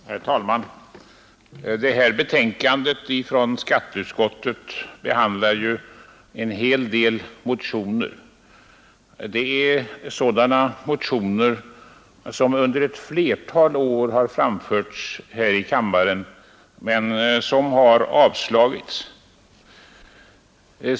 Herr talman! Det här betänkandet från skatteutskottet behandlar ju en hel del motioner, Det är sådana motioner som under ett flertal år har framförts här i kammaren men avslagits.